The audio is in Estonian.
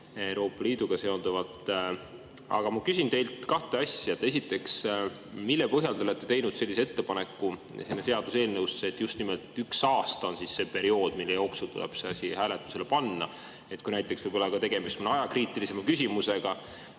Euroopa Liiduga seonduvalt. Aga ma küsin teilt kahte asja. Esiteks, mille põhjal te olete teinud sellise ettepaneku seaduseelnõus, et just nimelt üks aasta on see periood, mille jooksul tuleb see asi hääletusele panna? Näiteks võib olla tegemist mõne ajakriitilisema küsimusega.